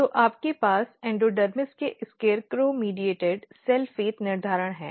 तो आपके पास एंडोडर्मिस के SCARECROW मध्यस्थता सेल भाग्य निर्धारण है